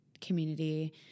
community